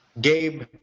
Gabe